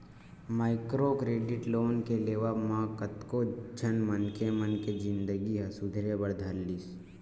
micro credit loan के लेवब म कतको झन मनखे मन के जिनगी ह सुधरे बर धर लिस